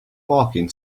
parking